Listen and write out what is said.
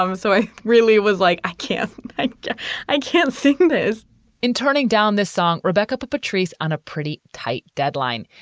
um so i really was like, i can't i i can't. sigma's in turning down this song. rebecca put patrice on a pretty tight deadline.